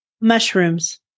Mushrooms